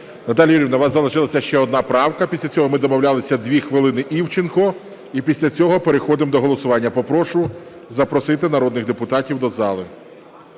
Наталія Юріївна, у вас залишилася ще одна правка. Після цього, ми домовлялися, 2 хвилини Івченко і після цього переходимо до голосування. Попрошу запросити народних депутатів до зали.